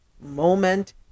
moment